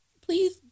Please